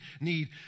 need